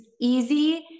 easy